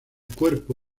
cuerpo